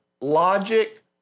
logic